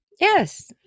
Yes